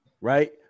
right